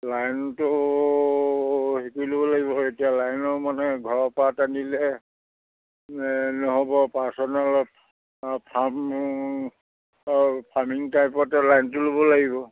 লাইনটো সেইটো ল'ব লাগিব এতিয়া লাইনৰ মানে ঘৰৰ পা টানিলে নহ'ব পাৰ্চনেলত ফাৰ্ম ফাৰ্মিং টাইপতে লাইনটো ল'ব লাগিব